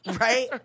Right